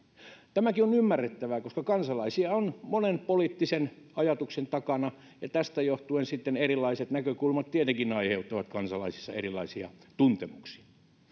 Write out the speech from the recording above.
tämäkin on ymmärrettävää koska kansalaisia on monen poliittisen ajatuksen takana ja tästä johtuen sitten erilaiset näkökulmat tietenkin aiheuttavat kansalaisissa erilaisia tuntemuksia